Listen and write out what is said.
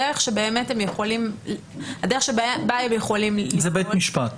הדרך שבה הם יכולים --- זה בית משפט.